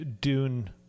Dune